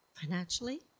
financially